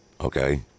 okay